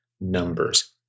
numbers